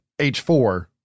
H4